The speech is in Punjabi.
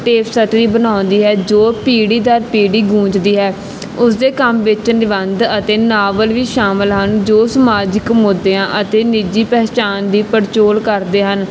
ਟੇਸਟ ਵੀ ਬਣਾਉਂਦੀ ਹੈ ਜੋ ਪੀੜ੍ਹੀ ਦਰ ਪੀੜ੍ਹੀ ਗੂੰਜਦੀ ਹੈ ਉਸਦੇ ਕੰਮ ਵਿੱਚ ਨਿਬੰਧ ਅਤੇ ਨਾਵਲ ਵੀ ਸ਼ਾਮਿਲ ਹਨ ਜੋ ਸਮਾਜਿਕ ਮੁੱਦਿਆਂ ਅਤੇ ਨਿੱਜੀ ਪਹਿਚਾਣ ਦੀ ਪੜਚੋਲ ਕਰਦੇ ਹਨ